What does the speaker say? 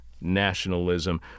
nationalism